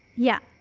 yeah.